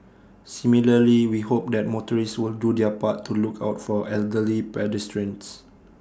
similarly we hope that motorists will do their part to look out for elderly pedestrians